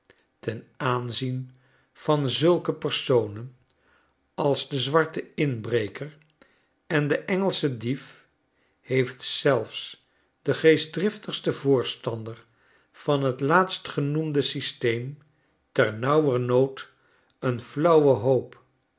ten aanzien van zulke personen als de zwarte inbreker en deengelsche dief heeft zelfs de geestdriftigste voorstander van t laatstgenoemden systeem ternauwernood een flauwe hoop